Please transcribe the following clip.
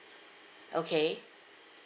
okay